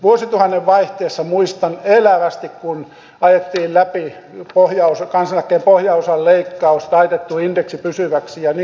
vuosituhannen vaihteessa muistan elävästi kun ajettiin läpi kansaneläkkeen pohjaosan leikkaus taitettu indeksi pysyväksi ja niin edelleen